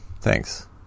thanks